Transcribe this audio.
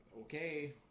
okay